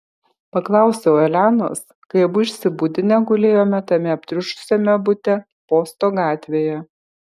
paklausiau elenos kai abu išsibudinę gulėjome tame aptriušusiame bute posto gatvėje